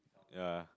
ya